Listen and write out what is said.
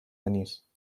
denis